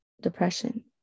depression